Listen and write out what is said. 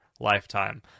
lifetime